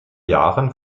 jahren